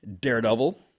Daredevil